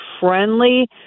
friendly